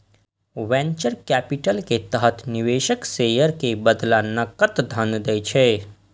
venture capital के तहत निवेशक शेयर के बदला नकद धन दै छै